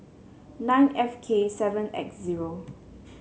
nine F K seven X zero